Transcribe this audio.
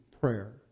prayer